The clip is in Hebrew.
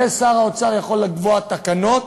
ושר האוצר יכול לקבוע בתקנות